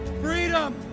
freedom